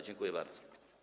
Dziękuję bardzo.